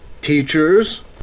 teachers